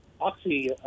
Oxy